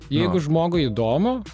jeigu žmogui įdomu